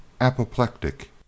apoplectic